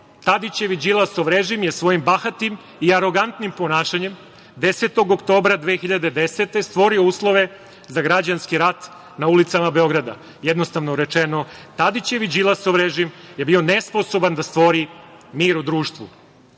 Tadićev i Đilasov režim je svojim bahatim i arogantnim ponašanjem 10. oktobra 2010. godine stvorio uslove za građanski rat na ulicama Beograda. Jednostavno rečeno, Tadićev i Đilasov režim je bio nesposoban da stvori mir u društvu.